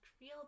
real